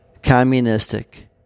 Communistic